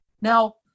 Now